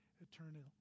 eternal